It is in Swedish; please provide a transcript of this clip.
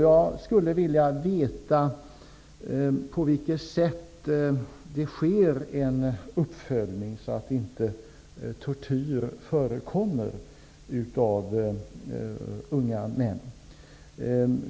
Jag skulle vilja veta på vilket sätt det sker en uppföljning, så att det inte förekommer tortyr av unga män.